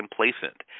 complacent